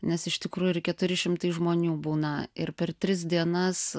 nes iš tikrųjų ir keturi šimtai žmonių būna ir per tris dienas